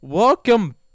Welcome